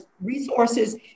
resources